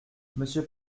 monsieur